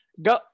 Go